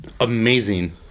Amazing